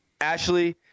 Ashley